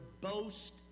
boast